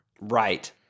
Right